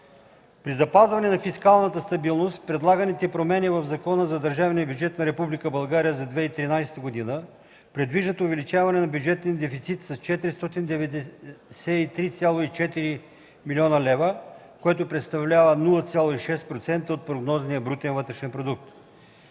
При запазване на фискалната стабилност предлаганите промени в Закона за държавния бюджет на Република България за 2013 г. предвиждат увеличаване на бюджетния дефицит с 493,4 млн. лв., което представлява 0,6 % от прогнозния БВП. С това се променя